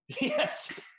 Yes